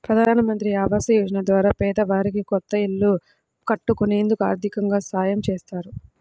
ప్రధానమంత్రి ఆవాస యోజన ద్వారా పేదవారికి కొత్త ఇల్లు కట్టుకునేందుకు ఆర్దికంగా సాయం చేత్తారు